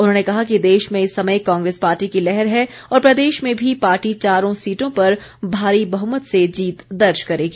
उन्होंने कहा कि देश में इस समय कांग्रेस पार्टी की लहर है और प्रदेश में भी पार्टी चारों सीटों पर भारी बहुमत से जीत दर्ज करेगी